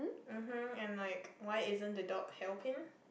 mmhmm and like why isn't the dog helping